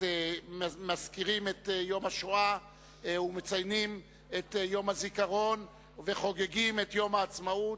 מזכירים את יום השואה ומציינים את יום הזיכרון וחוגגים את יום העצמאות,